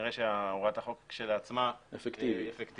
כנראה שהוראת החוק כשלעצמה אפקטיבית.